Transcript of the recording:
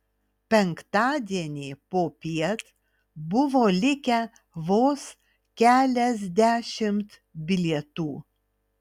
penktadienį popiet buvo likę vos keliasdešimt bilietų